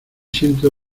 siento